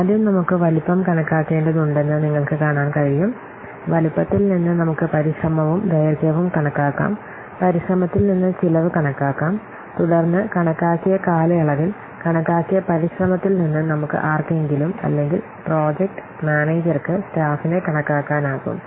ആദ്യം നമുക്ക് വലുപ്പം കണക്കാക്കേണ്ടതുണ്ടെന്ന് നിങ്ങൾക്ക് കാണാൻ കഴിയും വലുപ്പത്തിൽ നിന്ന് നമുക്ക് പരിശ്രമവും ദൈർഘ്യവും കണക്കാക്കാം പരിശ്രമത്തിൽ നിന്ന് ചെലവ് കണക്കാക്കാം തുടർന്ന് കണക്കാക്കിയ കാലയളവിൽ കണക്കാക്കിയ പരിശ്രമത്തിൽ നിന്ന് നമുക്ക് ആർക്കെങ്കിലും അല്ലെങ്കിൽ പ്രോജക്റ്റ് മാനേജർക്ക് സ്റ്റാഫിനെ കണക്കാക്കാനാകും